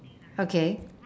okay